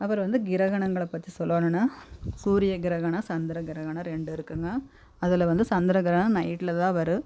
அப்புறம் வந்து கிரகணங்களை பற்றி சொல்லணுனா சூரிய கிரகணம் சந்திர கிரகணம் ரெண்டு இருக்குதுங்க அதில் வந்து சந்திர கிரகணம் நைட்டில் தான் வரும்